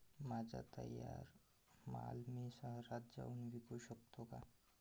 माझा तयार माल मी शहरात जाऊन विकू शकतो का?